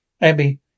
Abby